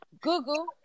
Google